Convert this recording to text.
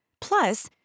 Plus